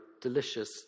delicious